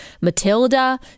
Matilda